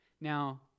Now